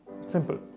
simple